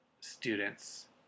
students